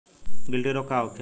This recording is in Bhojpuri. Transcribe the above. गिल्टी रोग का होखे?